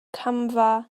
camfa